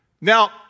Now